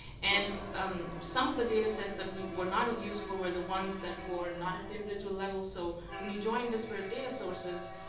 and um some of the data sets that were not as useful were the ones that were not at the individual level. so when you join disparate data sources,